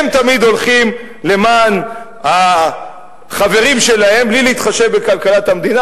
הם תמיד הולכים למען החברים שלהם בלי להתחשב בכלכלת המדינה,